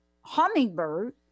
hummingbird